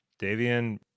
davian